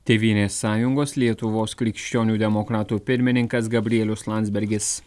tėvynės sąjungos lietuvos krikščionių demokratų pirmininkas gabrielius landsbergis